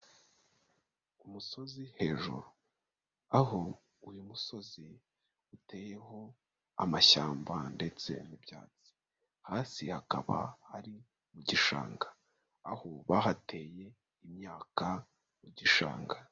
Umusozi hejuru, aho uyu musozi uteyeho amashyamba ndetse n'ibyatsi, hasi hakaba hari mu gishanga aho bahateye imyaka mu gishanga.